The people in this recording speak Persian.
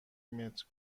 متر